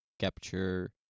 capture